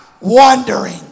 wandering